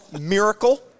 Miracle